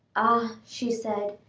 ah! she said,